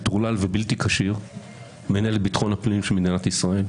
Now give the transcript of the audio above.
מטורלל ובלתי כשיר מנהל את ביטחון הפנים של מדינת ישראל,